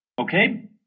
Okay